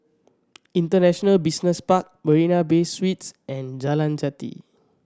International Business Park Marina Bay Suites and Jalan Jati